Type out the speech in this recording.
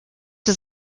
his